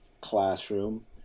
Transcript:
classroom